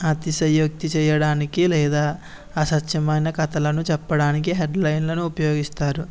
అతిశయోక్తి చేయడానికి లేదా అసత్యమైన కథలను చెప్పడానికి హెడ్లైన్లను ఉపయోగిస్తారు